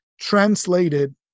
translated